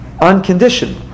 Unconditioned